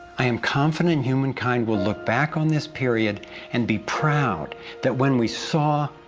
i am confident humankind will look back on this period and be proud that when we saw,